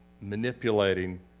manipulating